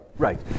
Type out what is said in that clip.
Right